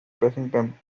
pressing